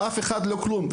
אף אחד לא כלום.